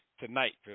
Tonight